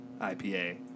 IPA